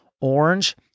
Orange